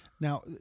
Now